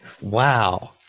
wow